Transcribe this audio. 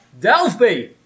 Delphi